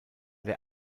der